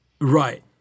Right